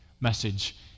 message